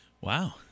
Wow